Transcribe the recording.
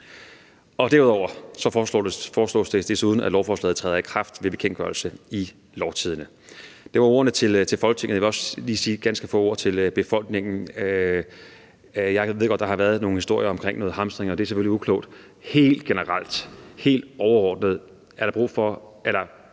Derudover foreslås det, at lovforslaget træder i kraft ved bekendtgørelse i Lovtidende. Det var ordene til Folketinget, og jeg vil også lige sige ganske få ord til befolkningen. Jeg ved godt, at der har været nogle historier omkring noget hamstring, og hamstring er selvfølgelig uklogt. Helt generelt, helt overordnet er der grund til